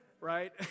right